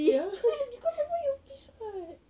ya because I wear ear piece [what]